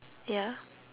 ya